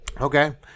Okay